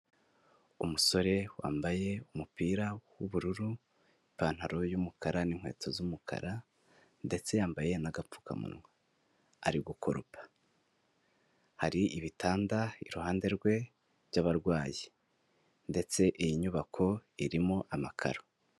Umusore wambaye umupira w'ubururu ipantaro y'umukara n'inkweto z'umukara ndetse yambaye n'agapfukamunwa, ari gukoropa hari ibitanda iruhande rwe by'abarwayi ndetse iyi nyubako irimo amakaro.